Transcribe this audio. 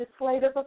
legislative